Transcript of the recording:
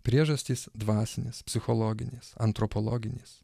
priežastys dvasinės psichologinės antropologinės